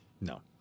No